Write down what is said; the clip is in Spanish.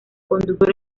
conductor